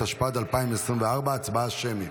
התשפ"ד 2024. הצבעה שמית.